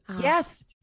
Yes